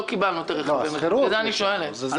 לכן אני שואלת.